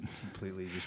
Completely